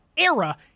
era